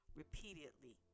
repeatedly